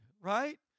right